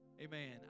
Amen